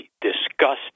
disgusting